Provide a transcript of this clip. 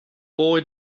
boy